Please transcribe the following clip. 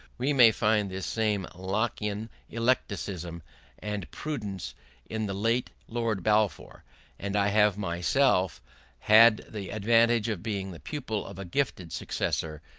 we may find this same lockian eclecticism and prudence in the late lord balfour and i have myself had the advantage of being the pupil of a gifted successor